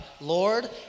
Lord